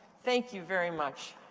thank you very much.